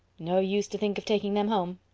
no use to think of taking them home.